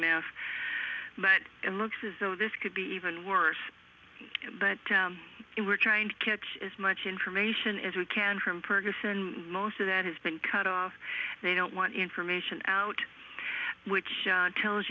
mess but it looks as though this could be even worse but we're trying to catch as much information as we can from purgason most of that has been cut off they don't want information out which tells